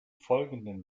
folgenden